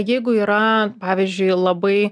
jeigu yra pavyzdžiui labai